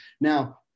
Now